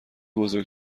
بزرگ